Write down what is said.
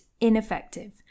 ineffective